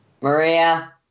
Maria